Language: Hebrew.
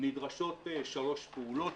נדרשות שלוש פעולות,